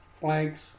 flanks